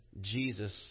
Jesus